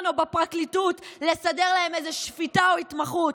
ובפרקליטות לסדר להם איזו שפיטה או התמחות.